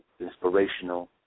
inspirational